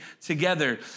together